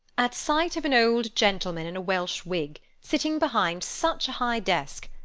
at sight of an old gentleman in a welsh wig, sitting behind such a high desk,